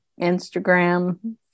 Instagram